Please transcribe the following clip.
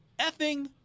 effing